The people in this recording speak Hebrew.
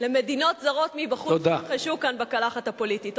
למדינות זרות שיבחשו כאן מבחוץ בקלחת הפוליטית.